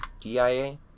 DIA